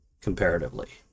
comparatively